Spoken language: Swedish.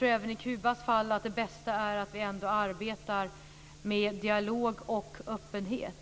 Även i Kubas fall tror jag ändå att det bästa är att vi arbetar med dialog och öppenhet.